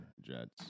jets